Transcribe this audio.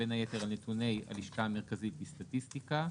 בין היתר על נתוני הלשכה המרכזית לסטטיסטיקה.